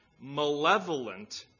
malevolent